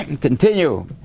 continue